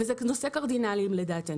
זה נושא קרדינלי לדעתנו.